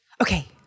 Okay